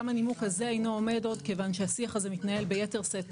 גם הנימוק הזה אינו עומד עוד מכיוון שהשיח הזה התנהל ביתר שאת